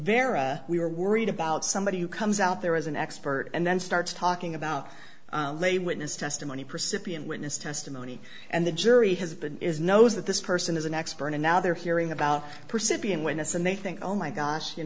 vera we are worried about somebody who comes out there as an expert and then starts talking about lay witness testimony percipient witness testimony and the jury has been is knows that this person is an expert and now they're hearing about percipient witness and they think oh my gosh you